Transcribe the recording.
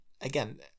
Again